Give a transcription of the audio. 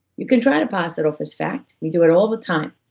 you can try to pass it off as fact, we do it all the time,